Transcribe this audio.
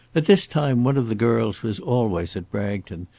at this time one of the girls was always at bragton,